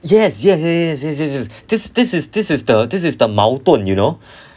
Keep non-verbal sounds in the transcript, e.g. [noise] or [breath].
yes yes yes yes yes yes this is this is this is this is the this is the 矛盾 you know [breath]